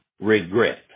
regret